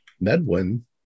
Medwin